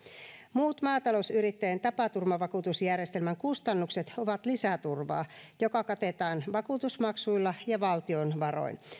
muut maatalousyrittäjien tapaturmavakuutusjärjestelmän kustannukset ovat lisäturvaa joka katetaan vakuutusmaksuilla ja valtion varoin